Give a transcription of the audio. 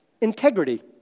Integrity